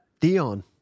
Dion